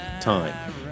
time